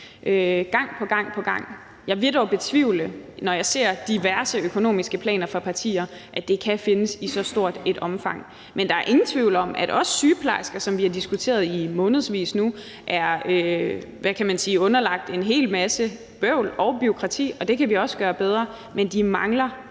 gang på gang på gang. Jeg vil dog betvivle, når jeg ser diverse økonomiske planer for partier, at det kan findes i så stort et omfang. Men der er ingen tvivl om, at også sygeplejersker, som vi har diskuteret i månedsvis nu, er underlagt en hel masse bøvl og bureaukrati, og det kan vi også gøre bedre, men de mangler